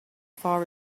far